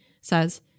says